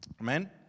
Amen